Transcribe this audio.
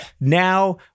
Now